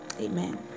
Amen